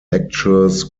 lectures